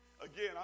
again